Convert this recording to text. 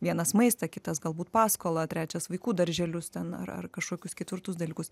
vienas maistą kitas galbūt paskolą trečias vaikų darželius ten ar ar kažkokius ketvirtus dalykus